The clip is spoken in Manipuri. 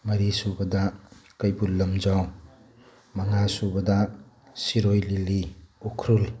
ꯃꯔꯤ ꯁꯨꯕꯗ ꯀꯩꯕꯨꯜ ꯂꯝꯖꯥꯎ ꯃꯉꯥ ꯁꯨꯕꯗ ꯁꯤꯔꯣꯏ ꯂꯤꯂꯤ ꯎꯈ꯭ꯔꯨꯜ